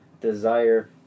desire